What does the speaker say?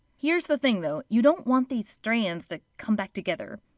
here's the thing though you don't want these strands to come back together.